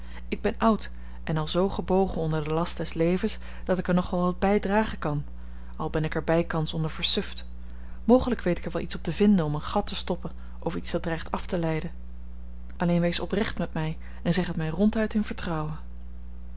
ik ben oud en al zoo gebogen onder den last des levens dat ik er nog wel wat bij dragen kan al ben ik er bijkans onder versuft mogelijk weet ik er wel iets op te vinden om een gat te stoppen of iets dat dreigt af te leiden alleen wees oprecht met mij en zegt het mij ronduit in vertrouwen